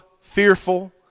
fearful